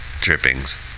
drippings